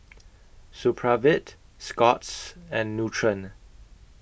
Supravit Scott's and Nutren